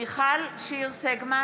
מיכל שיר סגמן,